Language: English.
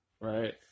right